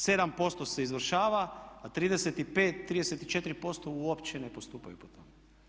7% se izvršava a 35, 34% uopće ne postupaju po tome.